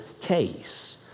case